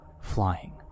Flying